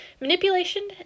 Manipulation